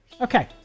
okay